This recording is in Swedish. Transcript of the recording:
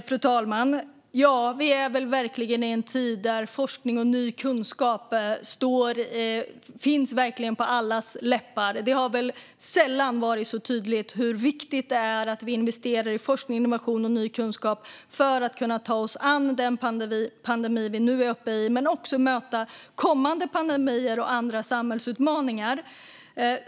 Fru talman! Vi är verkligen i en tid där forskning och ny kunskap finns på allas läppar. Det har väl sällan varit så tydligt hur viktigt det är att vi investerar i forskning, innovation och ny kunskap för att ta oss an den pandemi vi är uppe i och möta kommande pandemier och andra samhällsutmaningar.